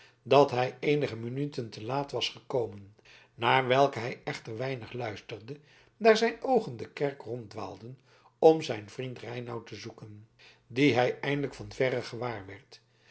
dat hij eenige minuten te laat was gekomen naar welke hij echter weinig luisterde daar zijn oogen de kerk ronddwaalden om zijn vriend reinout te zoeken dien hij eindelijk van verre gewaarwerd